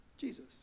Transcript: Jesus